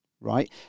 right